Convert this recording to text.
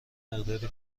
مقداری